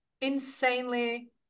insanely